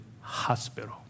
hospital